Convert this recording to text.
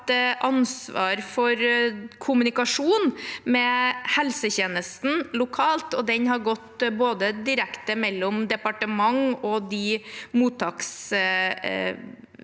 ansvar for kommunikasjon med helsetjenesten lokalt, og den har gått direkte mellom departement og det mottakssenteret